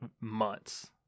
months